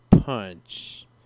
punch